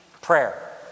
prayer